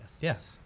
Yes